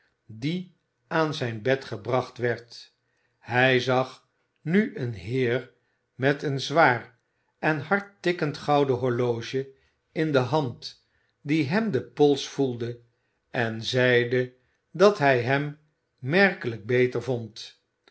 die aan zijn bed gebracht werd hij zag nu een heer met een zwaar en hard tikkend gouden horloge in de hand die hem den pols voelde en zeide dat hij hem merkelijk beter vond